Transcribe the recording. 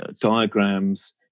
diagrams